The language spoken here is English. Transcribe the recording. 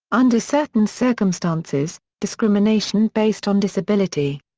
under certain circumstances, discrimination based on disability.